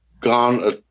gone